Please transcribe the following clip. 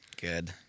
Good